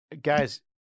guys